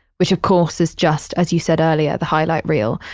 which, of course, is just as you said earlier, the highlight reel.